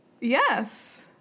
Yes